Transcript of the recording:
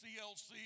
CLC